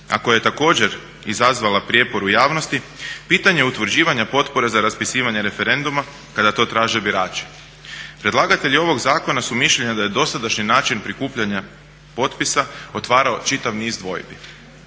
koja je također izazvala prijepor u javnosti, pitanje utvrđivanja potpora za raspisivanje referenduma kada to traže birači. Predlagatelji ovog zakona su mišljenja da je dosadašnji način prikupljanja potpisa otvarao čitav niz dvojbi.